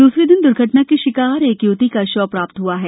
दूसरे दिन द्र्घटना की शिकार एक य्वती का शव प्राप्त हुआ है